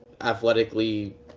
athletically